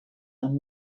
and